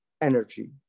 energy